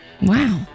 Wow